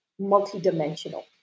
multidimensional